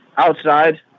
outside